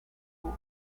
jour